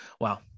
wow